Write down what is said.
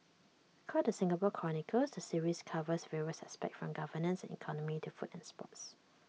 called the Singapore chronicles the series covers various aspects from governance and economy to food and sports